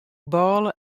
bôle